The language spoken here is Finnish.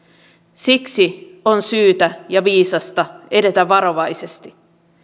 siksi on syytä ja viisasta edetä varovaisesti